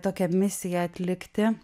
tokią misiją atlikti